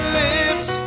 lips